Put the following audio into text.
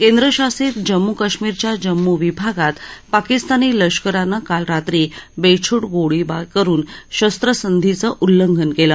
केंद्रशासित जम्मू कश्मीरच्या जम्मू विभागात पाकिस्तानी लष्करानं काल रात्री बेछुट गोळीबार करून शस्त्रसंधीचं उल्लंघन केलं